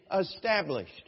established